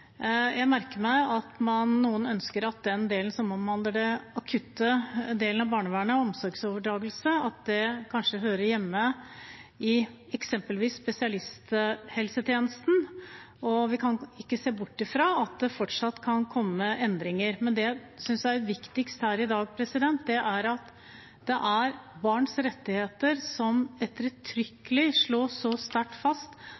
Jeg merker meg at noen ønsker at den delen som omhandler den akutte delen av barnevernet og omsorgsovertakelse, hører hjemme i eksempelvis spesialisthelsetjenesten, og vi kan ikke se bort fra at det fortsatt kan komme endringer. Men det jeg synes er viktigst her i dag, er at det slås så ettertrykkelig fast at det er barns rettigheter som